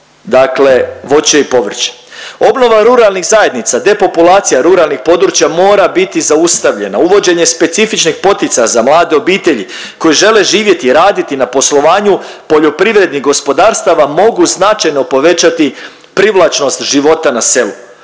dakle voće i povrće. Obnova ruralnih zajednica, depopulacija ruralnih područja mora biti zaustavljena. Uvođenje specifičnih poticaja za mlade obitelji koji žele živjeti i raditi na poslovanju poljoprivrednih gospodarstava mogu značajno povećati privlačnost života na selu,